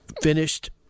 finished